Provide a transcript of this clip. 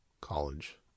college